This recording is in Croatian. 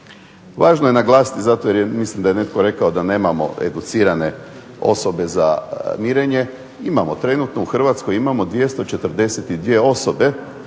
Važno je naglasiti zato jer mislim da je netko rekao da nemamo educirane osobe za mirenje. Imamo. Trenutno u Hrvatskoj imamo 242 osobe